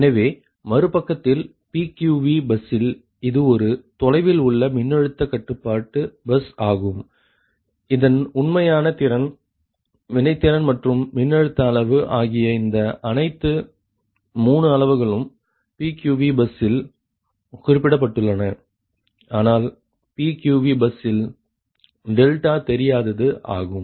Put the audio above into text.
எனவே மறுபக்கத்தில் PQV பஸ்ஸில் இது ஒரு தொலைவில் உள்ள மின்னழுத்த கட்டுப்பாட்டு பஸ் ஆகும் இதன் உண்மையான திறன் வினைத்திறன் மற்றும் மின்னழுத்த அளவு ஆகிய இந்த அனைத்து 3 அளவுகளும் PQV பஸ்ஸில் குறிப்பிடப்பட்டுள்ளன ஆனால் PQV பஸ்ஸில் டெல்டா தெரியாதது ஆகும்